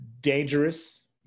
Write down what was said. Dangerous